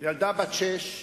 ילדה בת שש,